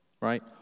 right